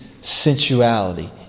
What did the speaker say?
sensuality